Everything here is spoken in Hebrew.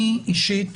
אני אישית,